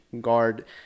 guard